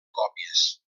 còpies